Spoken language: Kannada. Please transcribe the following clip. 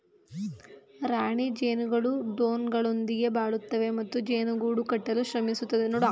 ರಾಣಿ ಜೇನುಗಳು ಡ್ರೋನ್ಗಳೊಂದಿಗೆ ಬಾಳುತ್ತವೆ ಮತ್ತು ಜೇನು ಗೂಡು ಕಟ್ಟಲು ಶ್ರಮಿಸುತ್ತವೆ